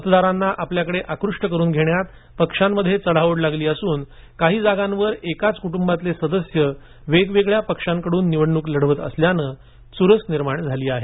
मतदारांना आपल्याकडे आकृष्ट करून घेण्यात पक्षांमध्ये चढाओढ लागली असून काही जागांवर एकाच कुटुंबातील सदस्य वेगवेगळ्या पक्षांकडून निवडणूक लढवत असल्याने चुरस निर्माण झाली आहे